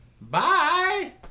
Bye